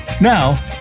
Now